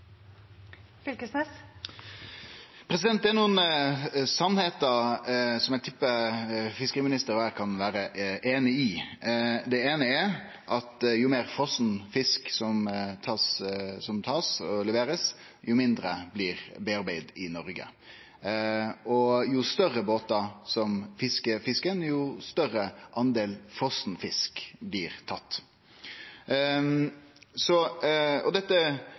nokon sanningar eg tippar fiskeriministeren og eg kan vere einige i. Det eine er at jo meir frosen fisk som blir tatt og levert, jo mindre blir tilverka i Noreg. Jo større båtar som fiskar fisken, jo større del frosen fisk blir tatt. Dette er eit større tema, og vi er